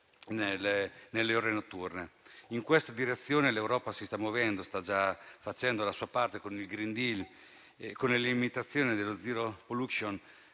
serali o notturne. In questa direzione, l'Europa si sta muovendo e sta già facendo la sua parte, con il *Green Deal* e con le limitazioni del pacchetto *Zero Pollution*,